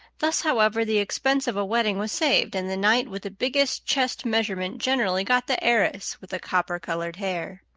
thus, however, the expense of a wedding was saved, and the knight with the biggest chest measurement generally got the heiress with the copper-colored hair.